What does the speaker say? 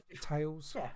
tails